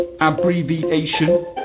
abbreviation